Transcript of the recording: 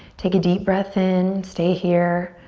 take a deep breath in, stay here,